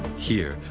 here,